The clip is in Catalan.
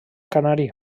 canari